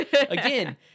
again